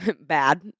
bad